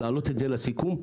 להעלות את זה לסיכום.